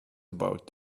about